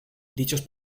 dichos